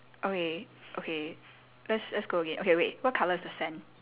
okay okay let's let's go again okay wait what colour is the sand